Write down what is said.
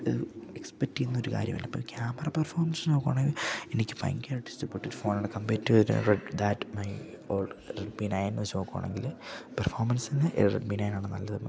expect ചെയ്യുന്ന ഒരു കാര്യല്ല ഇപ്പ ക്യാമറ പെർഫോമൻസ് നോക്കുവാണെങ്കി എനിക്ക് ഭയങ്കരായിട്ട് ഇഷ്ടപ്പെട്ട് ഫോണാണ് കമ്പേർ ടു ഒരു red that my old Redmi nine A വച്ച് നോക്കുവാണെങ്കില് പെർഫോമൻസ്ന്ന് റെഡ്മി നയനാണ് നല്ലത്